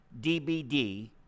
DBD